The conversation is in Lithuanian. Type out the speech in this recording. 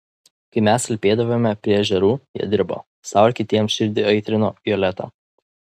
kai mes alpėdavome prie ežerų jie dirbo sau ir kitiems širdį aitrino violeta